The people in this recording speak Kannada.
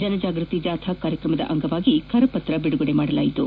ಜನ ಜಾಗೃತಿ ಜಾಥಾ ಕಾರ್ಯಕ್ರಮದ ಅಂಗವಾಗಿ ಕರಪತ್ರ ಬಿಡುಗಡೆಗೊಳಿಸಲಾಯಿತು